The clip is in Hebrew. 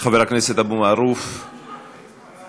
חבר הכנסת אבו מערוף, בבקשה.